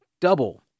double